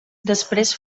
després